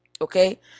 okay